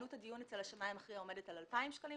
עלות הדיון אצל השמאי המכריע עומדת על 2,000 שקלים,